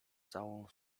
całą